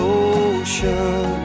ocean